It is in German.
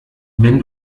wenn